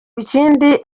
bikindi